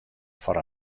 foar